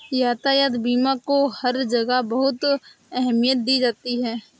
यातायात बीमा को हर जगह बहुत अहमियत दी जाती है